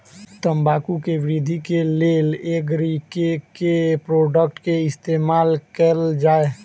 तम्बाकू केँ वृद्धि केँ लेल एग्री केँ के प्रोडक्ट केँ इस्तेमाल कैल जाय?